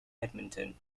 edmonton